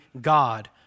God